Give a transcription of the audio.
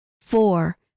Four